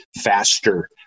faster